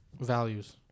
values